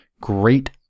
Great